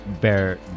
bear